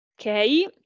Okay